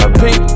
pink